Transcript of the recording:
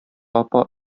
апа